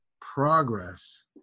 progress